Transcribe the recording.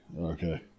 Okay